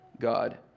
God